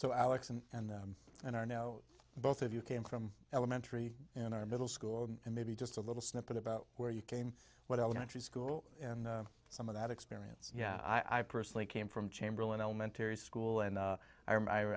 so alex and and i know both of you came from elementary in our middle school and maybe just a little snippet about where you came what elementary school and some of that experience yeah i personally came from chamberlain elementary school and